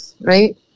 right